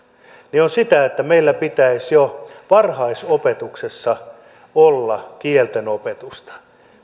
on sitä että meillä pitäisi jo varhaisopetuksessa olla kielten opetusta